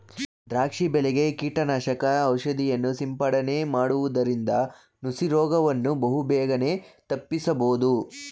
ದ್ರಾಕ್ಷಿ ಬೆಳೆಗೆ ಕೀಟನಾಶಕ ಔಷಧಿಯನ್ನು ಸಿಂಪಡನೆ ಮಾಡುವುದರಿಂದ ನುಸಿ ರೋಗವನ್ನು ಬಹುಬೇಗನೆ ತಪ್ಪಿಸಬೋದು